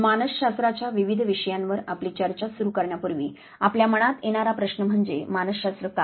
मानस शास्त्राच्या विविध विषयांवर आपली चर्चा सुरू करण्यापूर्वी आपल्या मनात येणारा प्रश्न म्हणजे 'मानसशास्त्र का